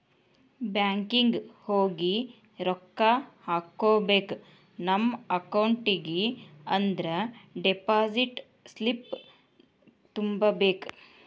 banking ಹೋಗಿ ರೊಕ್ಕ ಹಾಕ್ಕೋಬೇಕ್ ನಮ ಅಕೌಂಟಿಗಿ ಅಂದ್ರ ಡೆಪಾಸಿಟ್ ಸ್ಲಿಪ್ನ ತುಂಬಬೇಕ್